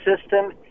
system